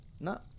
No